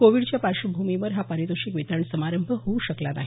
कोविडच्या पार्श्वभूमीवर हा पारितोषिक वितरण समारंभ होऊ शकला नाही